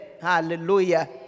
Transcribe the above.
Hallelujah